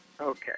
Okay